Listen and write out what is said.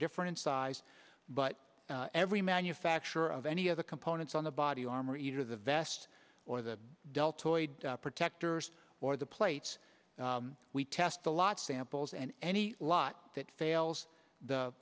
different in size but every manufacture of any of the components on the body armor either the vest or the deltoid protectors or the plates we cast a lot of samples and any lot that fails the